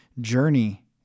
journey